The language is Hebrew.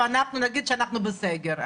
ואנחנו נגיד שאנחנו בסגר.